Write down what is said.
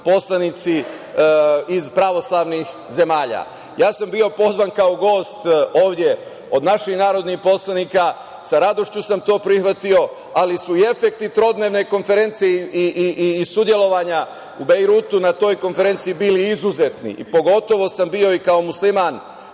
poslanici iz pravoslavnih zemalja. Ja sam bio pozvan kao gost ovde od naših narodnih poslanika. Sa radošću sam to prihvatio, ali su i efekti trodnevne konferencije i sudelovanja u Bejrutu na toj konferenciji bili izuzetno. Pogotovo sam bio i kao musliman